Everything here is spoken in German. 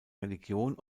religion